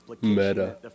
Meta